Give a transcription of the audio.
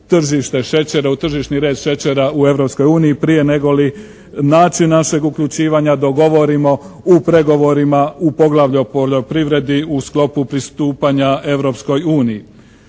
tržište šećera, u tržišni red šećera u Europskoj uniji prije nego li način našeg uključivanja dogovorimo u pregovorima u poglavlju o poljoprivredi u sklopu pristupanja